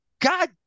God